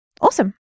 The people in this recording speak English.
Awesome